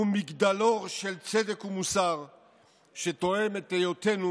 הוא מגדלור של צדק ומוסר שתואם את היותנו